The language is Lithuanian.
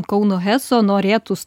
kauno heso norėtųs